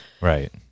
right